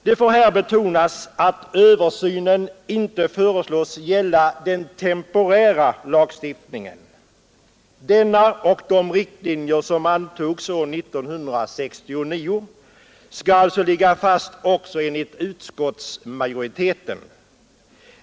Det får här betonas, att översynen inte föreslås gälla den temporära lagstiftningen. Denna och de riktlinjer som antogs 1969 skall alltså ligga fast också enligt utskottsmajoritetens mening.